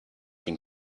been